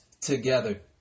together